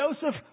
Joseph